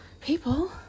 People